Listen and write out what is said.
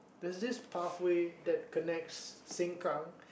there's this pathway that connects Sengkang